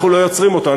אנחנו לא יוצרים אותו.